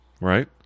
right